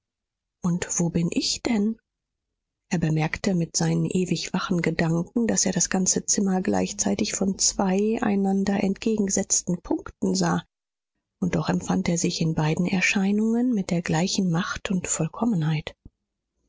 und wo bin ich denn er bemerkte mit seinen ewig wachen gedanken daß er das ganze zimmer gleichzeitig von zwei einander entgegengesetzten punkten sah und doch empfand er sich in beiden erscheinungen mit der gleichen macht und vollkommenheit